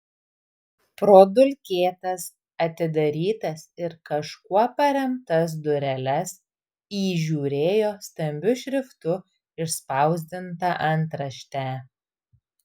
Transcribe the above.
pro dulkėtas atidarytas ir kažkuo paremtas dureles įžiūrėjo stambiu šriftu išspausdintą antraštę